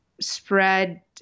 spread –